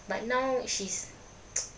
but now she's